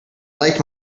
liked